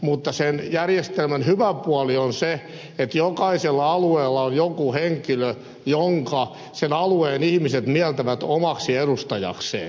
mutta sen järjestelmän hyvä puoli on se että jokaisella alueella on joku henkilö jonka sen alueen ihmiset mieltävät omaksi edustajakseen